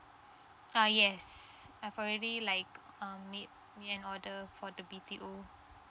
uh yes I already like um made made an order for the B_T_O